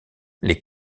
les